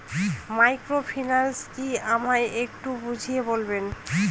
Microfinance কি আমায় একটু বুঝিয়ে বলবেন?